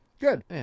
Good